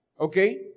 Okay